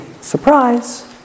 Surprise